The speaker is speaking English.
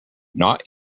not